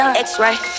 X-ray